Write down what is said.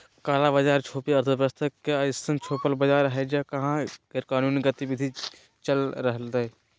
काला बाज़ार छुपी अर्थव्यवस्था के अइसन छुपल बाज़ार हइ जहा गैरकानूनी गतिविधि चल रहलय